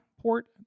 port